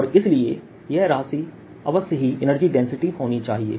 और इसलिए यह राशि अवश्य ही एनर्जी डेंसिटी होनी चाहिए